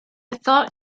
thought